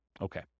Okay